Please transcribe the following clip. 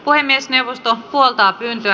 puhemiesneuvosto puoltaa pyyntöä